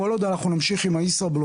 כל עוד אנחנו נמשיך עם הישראבלוף,